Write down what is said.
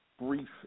brief